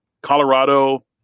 Colorado